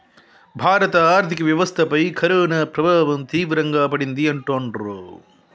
భారత ఆర్థిక వ్యవస్థపై కరోనా ప్రభావం తీవ్రంగా పడింది అంటుండ్రు